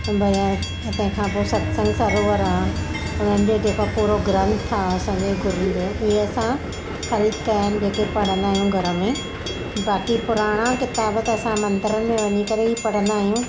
भयच ऐं तंहिं खा पोइ सत्संग सरोवर आहे उन्हनि जो जेको पूरो ग्रंथ आहे असांजे गुरूनि जो इहो असां ख़रीद कया आहिनि जेके पढ़ंदायूं घर में बाक़ी पुराणा किताब त असां मंदरनि में वञी करे ई पढ़ंदायूं